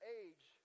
age